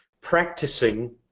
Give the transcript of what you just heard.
practicing